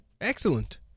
Excellent